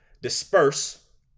disperse